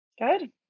Good